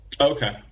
Okay